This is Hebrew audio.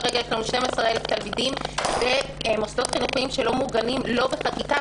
כרגע יש שם 12,000 תלמידים במוסדות חינוך שלא מעוגנים לא בחקיקה,